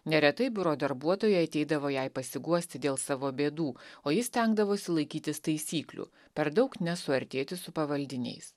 neretai biuro darbuotojai ateidavo jai pasiguosti dėl savo bėdų o ji stengdavosi laikytis taisyklių per daug nesuartėti su pavaldiniais